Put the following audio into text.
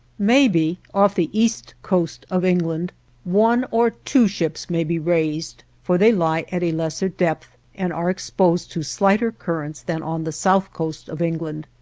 maybe off the east coast of england one or two ships may be raised, for they lie at a lesser depth and are exposed to slighter currents than on the south coast of england,